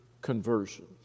conversion